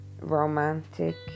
romantic